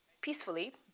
peacefully